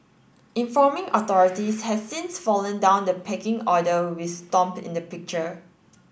informing authorities has since fallen down the pecking order with Stomp in the picture